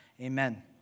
amen